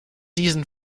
diesen